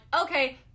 okay